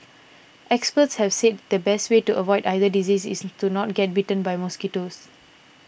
experts have said the best way to avoid either disease is to not get bitten by mosquitoes